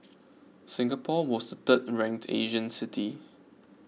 Singapore was third ranked Asian city